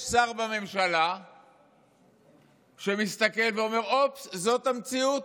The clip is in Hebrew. יש שר בממשלה שמסתכל ואומר: אופס, זאת המציאות.